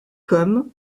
comme